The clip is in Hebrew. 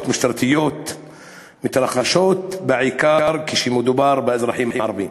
משטרתיות מתרחשות בעיקר כשמדובר באזרחים ערבים.